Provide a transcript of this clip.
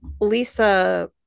lisa